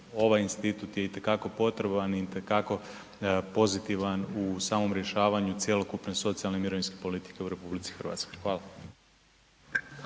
ovaj institut je itekako potreban, itekako pozitivan u samom rješavanju cjelokupne socijalne i mirovinske politike u RH. Hvala.